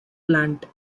plant